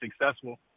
successful